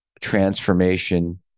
transformation